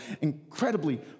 incredibly